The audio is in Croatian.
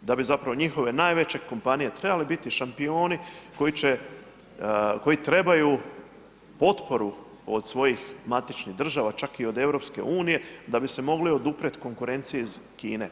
da bi zapravo njihove najveće kompanije trebale biti šampioni koji će, koji trebaju potporu od svojih matičnih država, čak i od EU da bi se mogli oduprijeti konkurenciji iz Kine.